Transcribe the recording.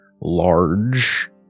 large